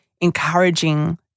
encouraging